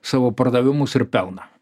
savo pardavimus ir pelną